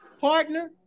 partner